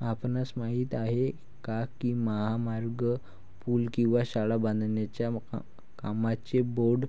आपणास माहित आहे काय की महामार्ग, पूल किंवा शाळा बांधण्याच्या कामांचे बोंड